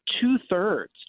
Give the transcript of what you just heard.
two-thirds